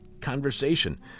conversation